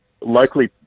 locally